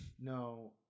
no